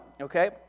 okay